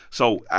so,